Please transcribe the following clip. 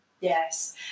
Yes